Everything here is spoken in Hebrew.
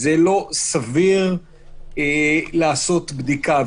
זה לא סביר לעשות בדיקה.